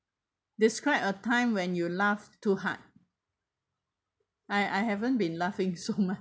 describe a time when you laugh too hard I I haven't been laughing so mu~